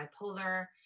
bipolar